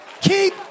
keep